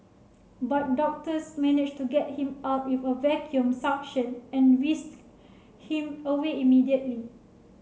but doctors managed to get him out with a vacuum suction and whisked him away immediately